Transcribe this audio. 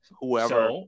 whoever